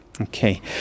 okay